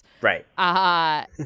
Right